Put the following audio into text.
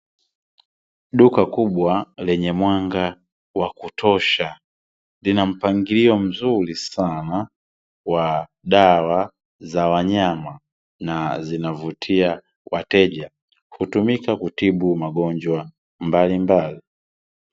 Duka kubwa lenye mwanga wa kutosha, lina mpangilio mzuri sana wa dawa za wanyama na zinavutia wateja. Hutumika kutibu magonjwa mbalimbali.